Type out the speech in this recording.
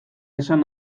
esan